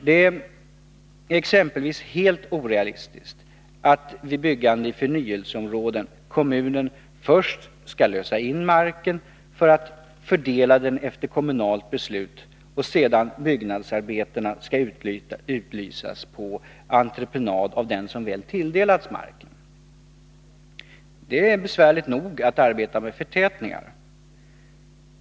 Det är exempelvis helt orealistiskt att vid byggande i förnyelseområden kommunen först skall lösa in mark för att fördela den efter kommunalt beslut och att sedan byggnadsarbetena skall utlysas på entreprenad av den som väl tilldelats marken. Det är besvärligt nog att arbeta med förtätningar.